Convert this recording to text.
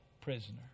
prisoner